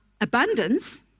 Abundance